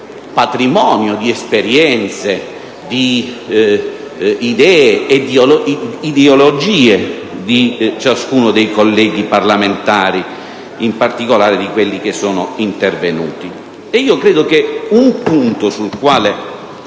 patrimonio di esperienze, di idee e di ideologie di ciascuno dei colleghi parlamentari, in particolare di quelli che sono intervenuti. Credo che un punto sul quale